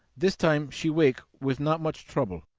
this time she wake with not much trouble,